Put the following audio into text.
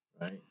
Right